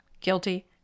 Guilty